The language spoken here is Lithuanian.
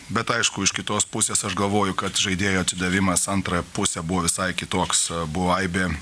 bet aišku iš kitos pusės aš galvoju kad žaidėjų atsidavimas antrą pusę buvo visai kitoks buvo aibė